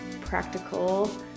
practical